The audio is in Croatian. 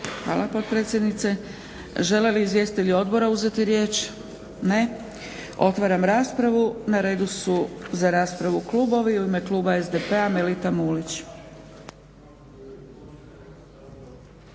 Hvala potpredsjednice. Žele li izvjestitelji odbora uzeti riječ? Ne. Otvaram raspravu. Na redu su za raspravu klubovi, u ime kluba SDP-a Melita Mulić.